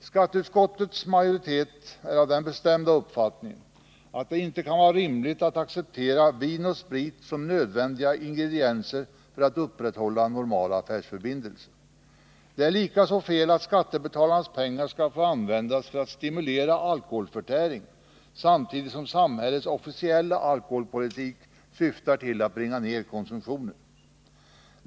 Skatteutskottets majoritet är av den bestämda uppfattningen att det inte kan vara rimligt att acceptera vin och sprit som nödvändiga ingredienser för att upprätthålla normala affärsförbindelser. Det är likaså fel att skattebetalarnas pengar skall få användas för att stimulera alkoholförtäring samtidigt som samhällets officiella alkoholpolitik syftar till att bringa ner konsumtionen.